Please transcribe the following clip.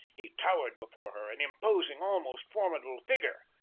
he towered before her, an imposing, almost formidable figure.